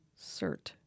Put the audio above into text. cert